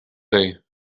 day